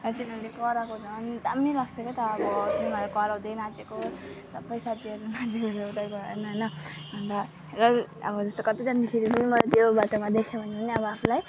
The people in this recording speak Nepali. तिनीहरूले कराएको झन् दामी लाग्छ के त अब तिनीहरू कराउँदै नाचेको सबै साथीहरू नाचेको अन्त र अब जस्तो कतै जाँदाखेरि पनि मैले त्यो बाटोमा देखेँ भने अब आफूलाई